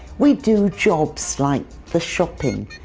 we do jobs like the shopping,